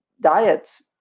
diets